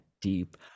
deep